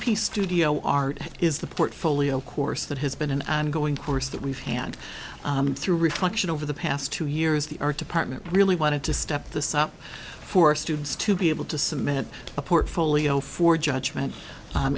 p studio art is the portfolio course that has been an ongoing course that we've had through reflection over the past two years the art department really wanted to step this up for students to be able to submit a portfolio for judgment